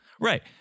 right